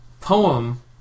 poem